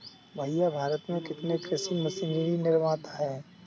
भैया भारत में कितने कृषि मशीनरी निर्माता है?